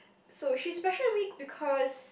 so she special to me because